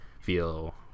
feel